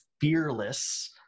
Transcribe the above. fearless